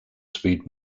speed